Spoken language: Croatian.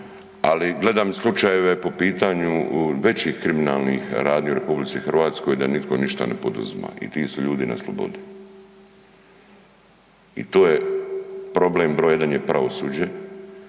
Ali, gledam i slučajeve po pitanju većih kriminalnih radnji u RH, da nitko ništa ne poduzima i ti su ljudi na slobodi. I to je problem, br. 1 je pravosuđe